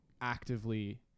actively